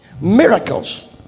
Miracles